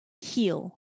heal